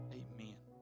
amen